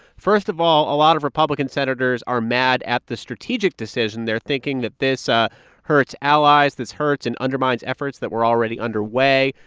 first of all, a lot of republican senators are mad at this strategic decision they're thinking that this ah hurts allies. this hurts and undermines efforts that were already underway,